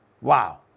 Wow